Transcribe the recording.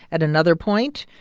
at another point,